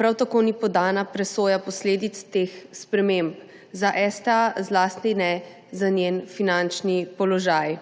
prav tako ni podana presoja posledic teh sprememb za STA, zlasti ne za njen finančni položaj.